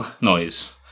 noise